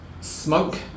smoke